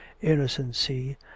innocency